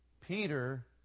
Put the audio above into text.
Peter